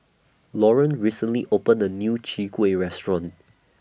Loren recently opened A New Chwee Kueh Restaurant